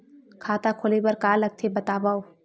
खाता खोले बार का का लगथे बतावव?